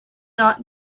not